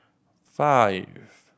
five